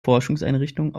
forschungseinrichtung